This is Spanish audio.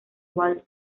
wild